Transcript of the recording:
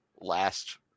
last